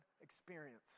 experience